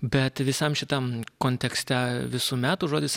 bet visam šitam kontekste visų metų žodis